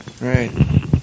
Right